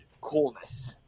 coolness